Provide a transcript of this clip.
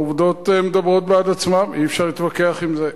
העובדות מדברות בעד עצמן, אי-אפשר להתווכח עם זה.